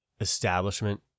establishment